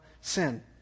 sin